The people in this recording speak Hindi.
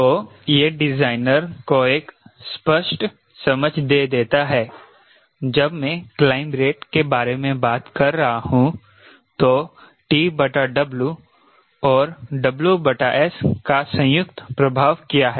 तो यह डिजाइनर को एक स्पष्ट समझ दे देता है जब मैं क्लाइंब रेट के बारे में बात कर रहा हूं तो TW और WS का संयुक्त प्रभाव क्या है